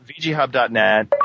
VGHub.net